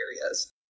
areas